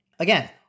Again